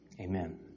Amen